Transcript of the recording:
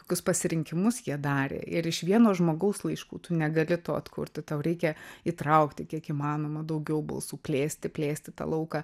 kokius pasirinkimus jie darė ir iš vieno žmogaus laiškų tu negali to atkurti tau reikia įtraukti kiek įmanoma daugiau balsų plėsti plėsti tą lauką